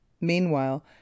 meanwhile